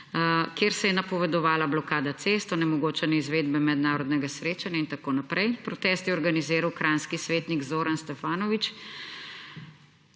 Kjer se je napovedovala blokada cest, onemogočanje izvedbe mednarodnega srečanja in tako naprej. Protest je organiziral kranjski svetnik Zoran Stevanović,